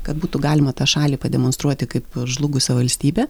kad būtų galima tą šalį pademonstruoti kaip žlugusią valstybę